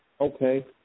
Okay